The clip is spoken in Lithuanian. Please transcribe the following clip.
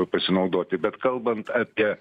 pasinaudoti bet kalbant apie